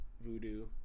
Voodoo